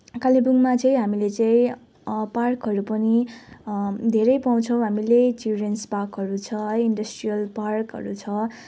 कालेबुङमा चाहिँ हामीले चाहिँ पार्कहरू पनि धेरै पाउँछौँ हामीले चिल्ड्रेन्स पार्कहरू छ है इन्डस्ट्रियल पार्कहरू छ